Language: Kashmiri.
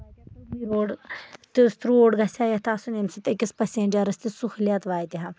روڈ تیُتھ روڈ گژھِ ہا یَتھ آسُن ییٚمہِ سۭتۍ أکِس پَسیٚجرَس تہِ سٕہوٗلیت واتہِ ہا